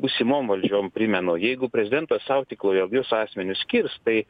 būsimom valdžiom primenu jei prezidentas sau tik lojalius asmenis skirs tai